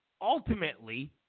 ultimately